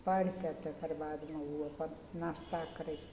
पढ़ि कऽ तकरबादमे उ अपन नास्ता करय छथिन